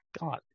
God